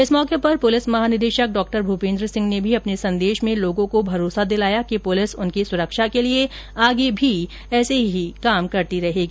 इस मौके पर पुलिस महानिदेशक डॉ भ्रपेन्द्र सिंह ने भी अपने संदेश में लोगों को भरोसा दिलाया कि पुलिस उनकी सुरक्षा के लिए आगे भी ऐसे ही काम करती रहेगी